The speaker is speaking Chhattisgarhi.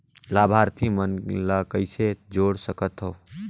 लाभार्थी मन ल कइसे जोड़ सकथव?